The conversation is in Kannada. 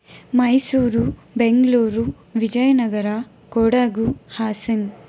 ಮೈಸೂರು ಬೆಂಗಳೂರು ವಿಜಯನಗರ ಕೊಡಗು ಹಾಸನ